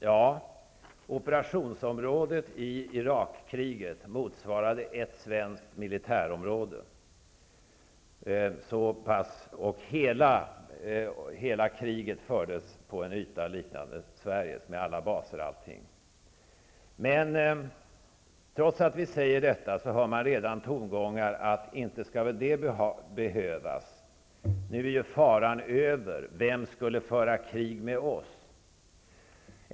Ja, operationsområdet i Irak-kriget motsvarade ett svenskt militärområde, och hela kriget fördes med alla baser o.d. på en yta ungefär lika stor som Trots detta kan man redan höra tongångar om att ett försvar inte behövs. Faran är ju över, sägs det. Vem skulle föra krig mot oss.